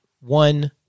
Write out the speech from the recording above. one